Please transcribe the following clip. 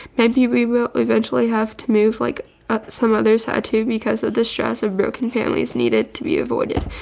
maybe we will eventually have to move like some others had to because the stress of broken families needed to be avoided.